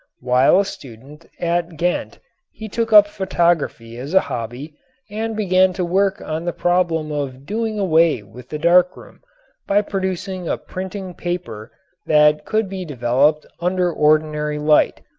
while a student at ghent he took up photography as a hobby and began to work on the problem of doing away with the dark-room by producing a printing paper that could be developed under ordinary light.